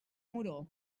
moró